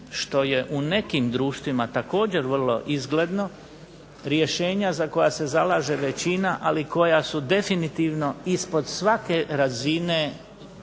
što je u nekim društvima također vrlo izgledno rješenja za koja se zalaže većina, ali koja su definitivno ispod svake razine